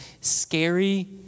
scary